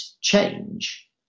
change